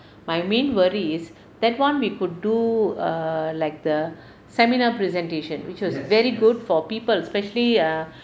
my main worry is that one we could do err like the seminar presentation which was very good for people especially err